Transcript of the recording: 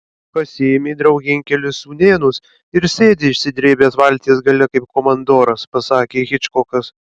pasiėmė draugėn kelis sūnėnus ir sėdi išsidrėbęs valties gale kaip komandoras pasakė hičkokas